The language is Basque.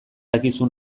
dakizu